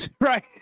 Right